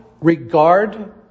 regard